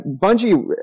Bungie